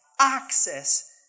access